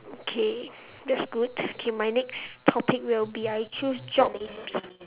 okay that's good okay my next topic will be I choose jobs